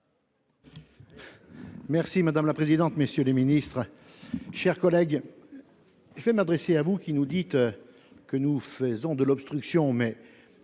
Merci madame la présidente, messieurs les Ministres, chers collègues. Je vais m'adresser à vous qui nous dites. Que nous faisons de l'obstruction mais.